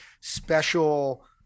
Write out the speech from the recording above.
special